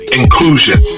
inclusion